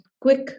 quick